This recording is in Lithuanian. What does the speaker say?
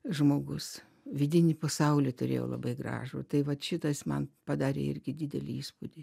žmogus vidinį pasaulį turėjo labai gražų tai vat šitas man padarė irgi didelį įspūdį